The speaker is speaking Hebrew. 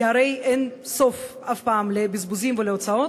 כי הרי אין סוף אף פעם לבזבוזים ולהוצאות,